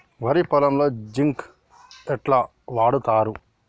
వరి పొలంలో జింక్ ఎట్లా వాడుతరు?